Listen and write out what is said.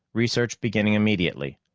research beginning immediately.